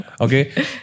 Okay